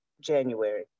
January